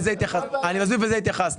לזה התייחסנו.